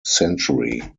century